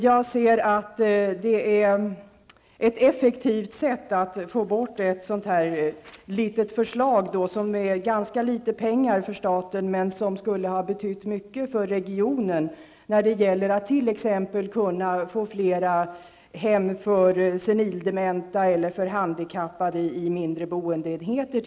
Jag ser agerandet som ett effektivt sätt att få bort ett förslag som innebär ganska litet pengar för statens del men som skulle ha betytt mycket för regionen när det gäller t.ex. att få fram fler hem för senildementa eller för handikappade, och det gäller då mindre boendeenheter.